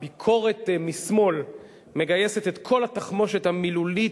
הביקורת משמאל מגייסת את כל התחמושת המילולית